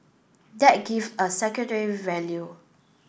that it give a value